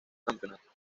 campeonato